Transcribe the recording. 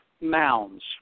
Mounds